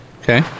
Okay